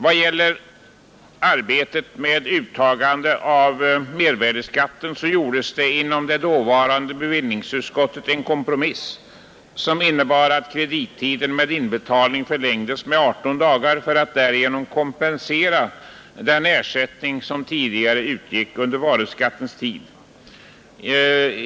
Vad gäller arbetet med uttagande av mervärdeskatten gjordes inom det dåvarande bevillningsutskottet en kompromiss, som innebar att kredittiden för inbetalningen förlängdes med 18 dagar för att därigenom kompensera för den ersättning som tidigare utgick under varuskattens tid.